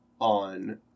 on